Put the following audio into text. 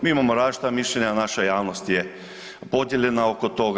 Mi imamo različita mišljenja, naša javnost je podijeljena oko toga.